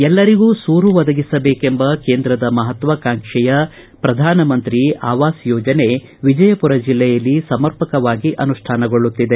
ಎಲ್ಲರಿಗೂ ಸೂರು ಒದಗಿಸಬೇಕೆಂಬ ಕೇಂದ್ರದ ಮಹಾತ್ವಾಕಾಂಕ್ಷಿಯ ಪ್ರಧಾನಮಂತ್ರಿ ಆವಾಸ್ ಯೋಜನೆ ವಿಜಯಪುರ ಜಿಲ್ಲೆಯಲ್ಲಿ ಸಮರ್ಪಕವಾಗಿ ಅನುಷ್ಠಾನಗೊಳ್ಳುತ್ತಿದೆ